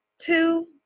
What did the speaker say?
two